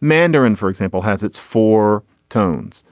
mandarin for example has its four tones.